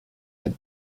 had